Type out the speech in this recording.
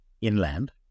inland